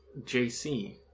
JC